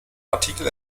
artikel